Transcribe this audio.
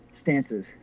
stances